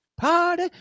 Party